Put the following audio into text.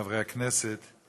חברי הכנסת,